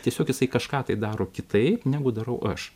tiesiog jisai kažką tai daro kitaip negu darau aš